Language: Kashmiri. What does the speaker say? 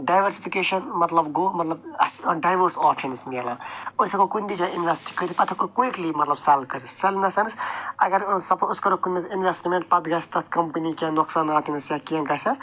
ڈایورسِفِکیشَن مطلب گوٚو مطلب اَسہِ آسَن ڈایوٲرٕس آپشَنٕز مِلان أسۍ ہٮ۪کو کُنہِ تہِ جایہِ اِنوٮ۪سٹ کٔرِتھ پَتہٕ ہٮ۪کو کُیِکلی مطلب سٮ۪ل کٔرِتھ سٮ۪ل اِن دَ سٮ۪نٕس اگر أسۍ سپوز أسۍ کرو کُنہِ منٛز اِنوٮ۪سٹٕمٮ۪نٛٹ پتہٕ گَژھِ تَتھ کَمپٔنی کیٚنٛہہ نۄقصانات گژھِ یا کیٚنٛہہ گژھٮ۪س